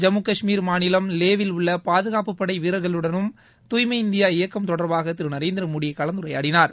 ஜம்மு கஷ்மீர் மாநிலம் லே யில் உள்ள பாதுகாப்புப்படை வீரர்களுடனும் தூய்மை இந்தியா இயக்கம் தொடர்பாக திரு நரேந்திரமோடி கலந்துரையாடினார்